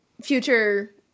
future